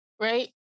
right